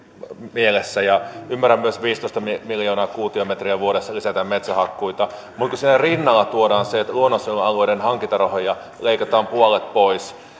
mielessä ja ymmärrän myös että viisitoista miljoonaa kuutiometriä vuodessa lisätään metsähakkuita mutta kun sen rinnalla tuodaan se että luonnonsuojelualueiden hankintarahoista leikataan puolet pois